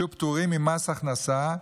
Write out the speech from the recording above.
יהיו פטורים ממס הכנסה.